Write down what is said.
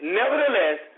nevertheless